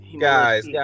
Guys